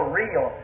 real